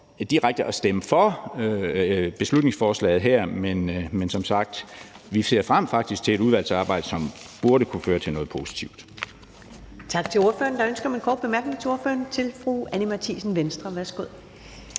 at stemme for beslutningsforslaget her, men som sagt ser vi faktisk frem til et udvalgsarbejde, som burde kunne føre til noget positivt.